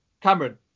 Cameron